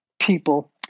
people